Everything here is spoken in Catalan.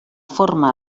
forma